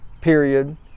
Period